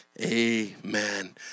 amen